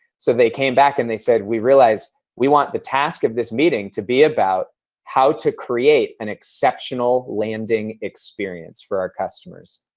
so they came back and they said, we realized we want the task of this meeting to be about how to create an exceptional landing experience for our customers.